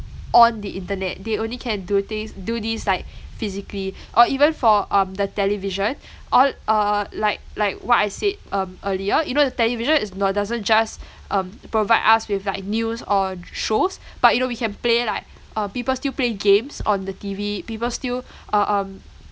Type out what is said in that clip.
on the internet they only can do things do these like physically or even for um the television all uh like like what I said um earlier you know the television is not doesn't just um provide us with like news or shows but you know we can play like uh people still play games on the T_V people still uh um